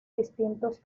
distintos